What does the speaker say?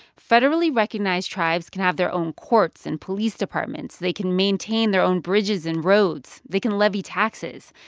federally recognized tribes can have their own courts and police departments. they can maintain their own bridges and roads. they can levy taxes.